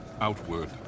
outward